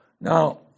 Now